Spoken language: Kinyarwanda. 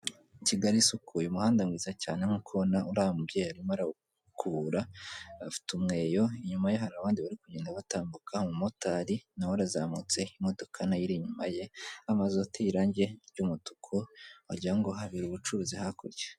Kigali isukuye umuhanda mwiza cyane ubona ko uri ya mubyeyi arimo arawukubura, afite umweyo, inyuma ye hari abandi bari kugenda batambuka, umumotari nawe arazamutse imodoka nayo iri inyuma ye, amazu ateye irangi ry'umutuku wagira ngo habere ubucuruzi hakurya.